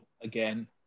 again